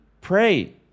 Pray